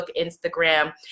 Instagram